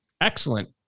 excellent